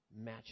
match